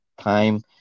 time